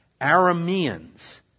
Arameans